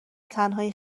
تنهایی